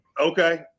Okay